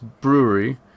Brewery